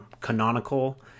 canonical